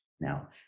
Now